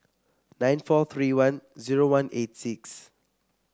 nine four three one zero one eight six